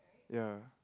ya